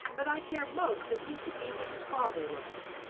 but i care most that he should be what his father was,